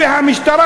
והמשטרה,